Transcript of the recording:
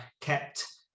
kept